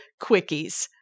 Quickies